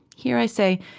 here i say,